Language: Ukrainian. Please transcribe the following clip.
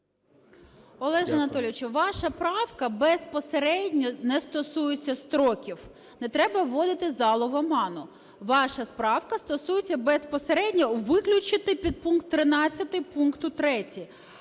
Олеже Анатолійовича, ваша правка безпосередньо не стосується строків, не треба вводити залу в оману. Ваша правка стосується безпосередньо виключити підпункт 13 пункту 3,